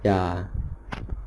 ya